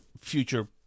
future